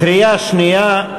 קריאה שנייה,